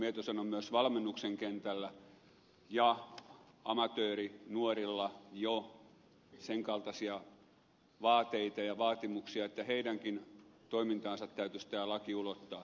mieto sanoi myös valmennuksen kentällä ja amatöörinuorilla on jo sen kaltaisia vaateita ja vaatimuksia että heidänkin toimintaansa täytyisi tämä laki ulottaa